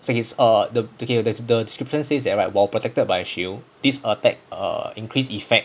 so okay it's err the okay the the description says that right while protected by a shield this attack err increase effect